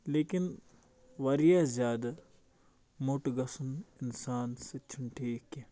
لیکِن واریاہ زیادٕ موٚٹ گَژھُن اِنسان سۭتۍ چھُنہٕ ٹھیٖک کیٚنٛہہ